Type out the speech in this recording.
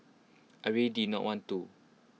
I really did not want to